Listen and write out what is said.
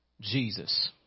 Jesus